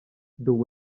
though